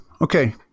Okay